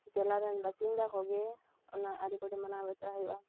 ᱡᱮᱞᱟ ᱨᱮᱱ ᱵᱟᱹᱥᱤᱱᱫᱟ ᱠᱚᱜᱮ ᱚᱱᱟ ᱟᱹᱨᱤ ᱠᱚᱫᱚ ᱢᱟᱱᱟᱣ ᱵᱟᱛᱟᱣ ᱦᱩᱭᱩᱜᱼᱟ